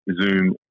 Zoom